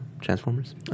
Transformers